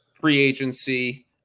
pre-agency